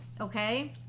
okay